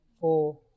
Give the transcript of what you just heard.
four